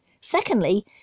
Secondly